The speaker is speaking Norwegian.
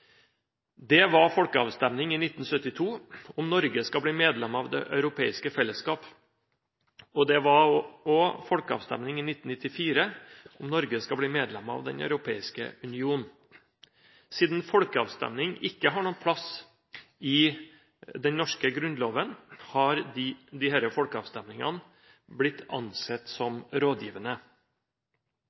Det var folkeavstemning i 1972 om hvorvidt Norge skulle bli medlem av Det europeiske fellesskap. Det var også folkeavstemning i 1994 om hvorvidt Norge skulle bli medlem av Den europeiske union. Siden folkeavstemning ikke har noen plass i den norske grunnloven, har disse folkeavstemningene blitt ansett som rådgivende.